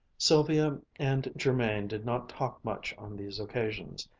sylvia and jermain did not talk much on these occasions.